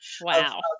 Wow